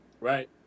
right